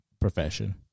profession